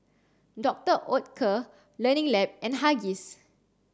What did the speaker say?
Doctor Oetker Learning Lab and Huggies